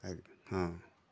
ହଁ